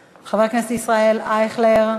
חבר הכנסת ישראל אייכלר,